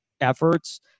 efforts